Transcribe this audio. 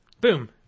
Boom